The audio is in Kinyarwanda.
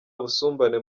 busumbane